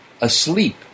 asleep